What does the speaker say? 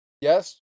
yes